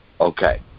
Okay